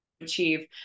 achieve